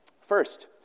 First